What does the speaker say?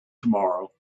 tomorrow